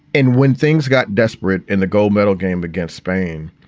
and when things got desperate in the gold medal game against spain,